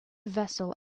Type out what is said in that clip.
vessel